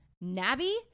Nabby